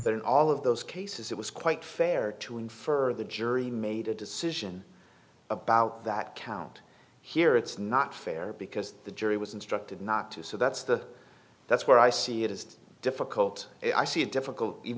in all of those cases it was quite fair to infer the jury made a decision about that count here it's not fair because the jury was instructed not to so that's the that's where i see it as difficult i see it difficult even